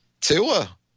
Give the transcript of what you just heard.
Tua